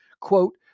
quote